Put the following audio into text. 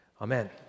Amen